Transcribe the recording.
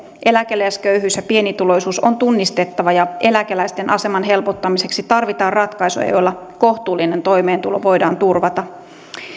eläkeläisköyhyys ja pienituloisuus on tunnistettava ja eläkeläisten aseman helpottamiseksi tarvitaan ratkaisuja joilla kohtuullinen toimeentulo voidaan turvata